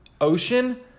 ocean